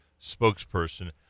spokesperson